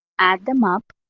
add them up,